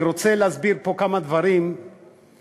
אני רוצה להסביר פה כמה דברים במהות,